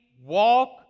walk